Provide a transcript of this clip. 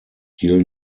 he’ll